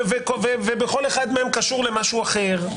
וכל אחד מהם קשור למשהו אחר,